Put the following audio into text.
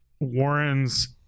Warren's